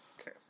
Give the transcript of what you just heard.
Okay